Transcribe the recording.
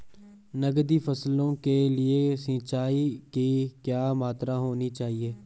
नकदी फसलों के लिए सिंचाई की क्या मात्रा होनी चाहिए?